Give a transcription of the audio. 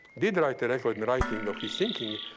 did write the record in writing of his thinking.